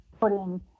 putting